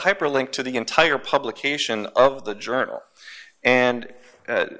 hyperlink to the entire publication of the journal and